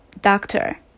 doctor